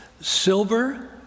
silver